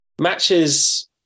matches